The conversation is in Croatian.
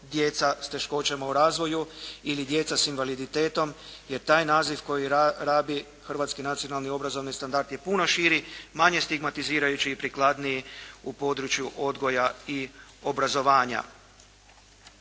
djeca s teškoćama u razvoju ili djeca s invaliditetom, jer taj naziv koji rabi hrvatski nacionalni obrazovni standard je puno šiti, manje stigmatizirajući i prikladniji u području odgoja i obrazovanja.